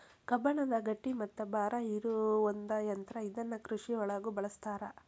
ಕಬ್ಬಣದ ಗಟ್ಟಿ ಮತ್ತ ಭಾರ ಇರು ಒಂದ ಯಂತ್ರಾ ಇದನ್ನ ಕೃಷಿ ಒಳಗು ಬಳಸ್ತಾರ